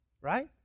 Right